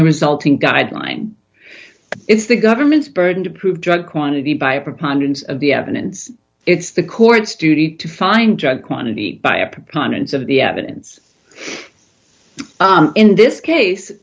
the resulting guideline is the government's burden to prove judge quantity by a preponderance of the evidence it's the court's duty to find judge quantity by a preponderance of the evidence in this case